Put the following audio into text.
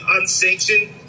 unsanctioned